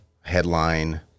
headline